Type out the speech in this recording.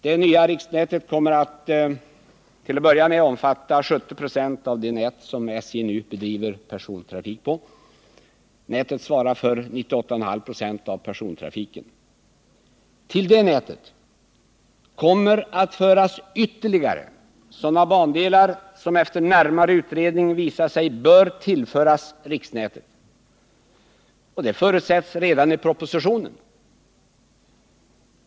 Det nya riksnätet kommer till att börja med att omfatta 70 96 av det nät där SJ nu bedriver persontrafik. Detta nät svarar för 98,5 96 av persontrafiken. Till det nätet kommer att föras ytterligare sådana bandelar som efter närmare utredning visar sig böra tillföras riksnätet. Detta förutsätts redan i propositionen.